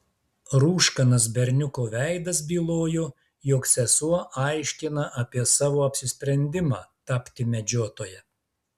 rūškanas berniuko veidas bylojo jog sesuo aiškina apie savo apsisprendimą tapti medžiotoja